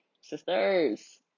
sisters